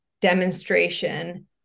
demonstration